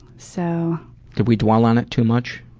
so did we dwell on it too much?